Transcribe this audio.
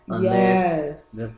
Yes